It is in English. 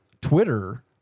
Twitter